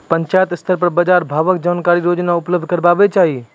पंचायत स्तर पर बाजार भावक जानकारी रोजाना उपलब्ध करैवाक चाही?